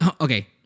Okay